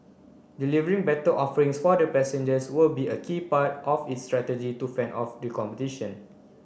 delivering better offerings for the passengers will be a key part of its strategy to fend off the competition